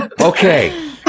Okay